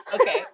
Okay